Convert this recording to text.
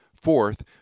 Fourth